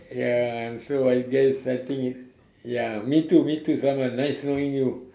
ya I'm so I guess I think it ya me too me too sulaiman nice knowing you